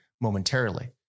momentarily